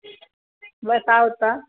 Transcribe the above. बताउ तऽ